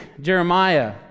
Jeremiah